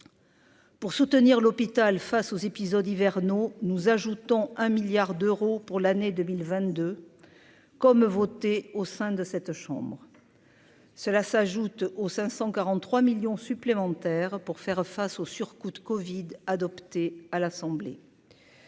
Pour soutenir l'hôpital face aux épisodes hivernaux nous ajoutons un milliard d'euros pour l'année 2022 comme voter au sein de cette chambre cela s'ajoutent aux 543 millions supplémentaires pour faire face au surcoût de Covid adopté à l'Assemblée.